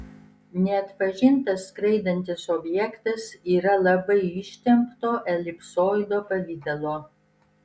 neatpažintas skraidantis objektas yra labai ištempto elipsoido pavidalo